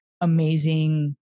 amazing